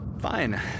Fine